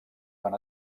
van